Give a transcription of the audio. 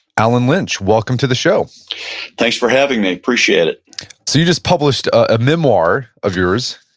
allen lynch, welcome to the show thanks for having me. appreciate it so you just published a memoir of yours.